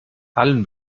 allen